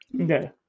Okay